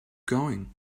going